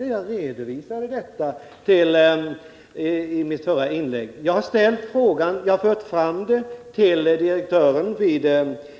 Jag redovisade ju dessa i mitt förra inlägg. Jag har ställt den frågan till direktören vid